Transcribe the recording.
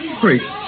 great